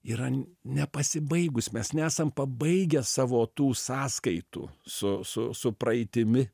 yra nepasibaigus mes nesam pabaigę savo tų sąskaitų su su su praeitimi